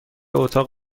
اتاق